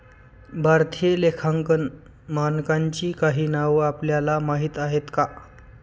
भारतीय लेखांकन मानकांची काही नावं आपल्याला माहीत आहेत का?